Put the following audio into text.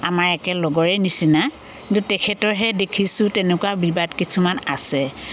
আমাৰ একে লগৰে নিচিনা কিন্তু তেখেতৰহে দেখিছোঁ তেনেকুৱা বিবাদ কিছুমান আছে